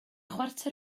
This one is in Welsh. chwarter